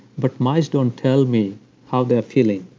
but mice don't tell me how they're feeling.